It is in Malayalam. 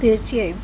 തീർച്ചയായും